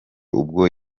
ubwo